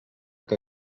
que